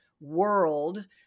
world